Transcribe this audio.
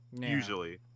usually